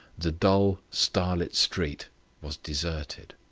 the dull, starlit street was deserted.